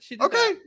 Okay